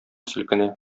селкенә